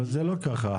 זה לא החוק.